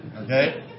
Okay